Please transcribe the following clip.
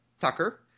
Tucker